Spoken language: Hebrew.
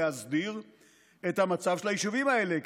להסדיר את המצב של היישובים האלה,